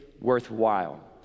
worthwhile